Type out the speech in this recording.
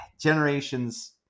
generations